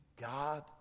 God